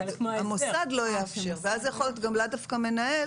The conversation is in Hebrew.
המוסד לא יאפשר ואז זה יכול להיות לאו דווקא מנהל